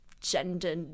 gender